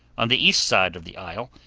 on the east side of the isle,